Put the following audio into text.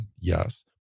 yes